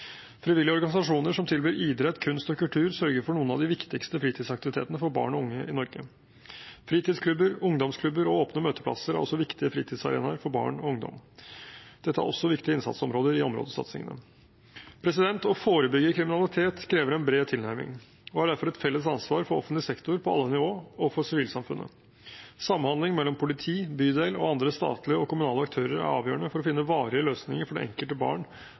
Frivillige organisasjoner som tilbyr idrett, kunst og kultur, sørger for noen av de viktigste fritidsaktivitetene for barn og unge i Norge. Fritidsklubber, ungdomsklubber og åpne møteplasser er også viktige fritidsarenaer for barn og ungdom. Dette er også viktige innsatsområder i områdesatsingene. Å forebygge kriminalitet krever en bred tilnærming og er derfor et felles ansvar for offentlig sektor på alle nivå og for sivilsamfunnet. Samhandling mellom politi, bydel og andre statlige og kommunale aktører er avgjørende for å finne varige løsninger for det enkelte barn